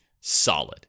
solid